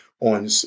on